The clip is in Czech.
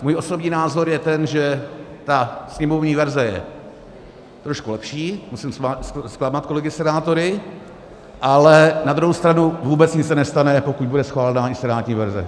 Můj osobní názor je ten, že ta sněmovní verze je trošku lepší, musím zklamat kolegy senátory, ale na druhou stranu vůbec nic se nestane, pokud bude schválena i senátní verze.